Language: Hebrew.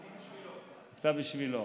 אני בשבילו.